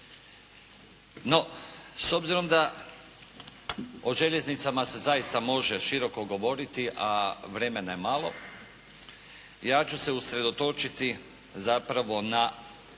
No s obzirom da o željeznicama se zaista može široko govoriti a vremena je malo ja ću se usredotočiti zapravo na